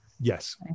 yes